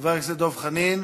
חבר הכנסת דב חנין,